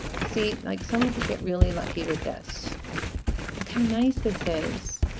see like someone could get really lucky with this look how nice this is